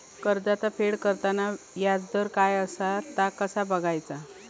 कर्जाचा फेड करताना याजदर काय असा ता कसा बगायचा?